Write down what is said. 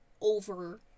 over